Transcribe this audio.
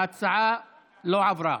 ההצעה לא עברה.